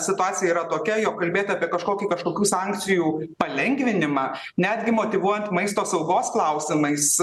situacija yra tokia jog kalbėti apie kažkokį kažkokių sankcijų palengvinimą netgi motyvuojant maisto saugos klausimais